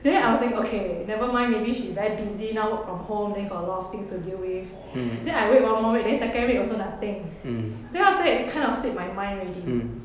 then I will think okay never mind maybe she very busy now work from home then got a lot of things to deal with then I wait one more week then second week also nothing then after that it kind of slip my mind already